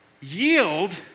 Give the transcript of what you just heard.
yield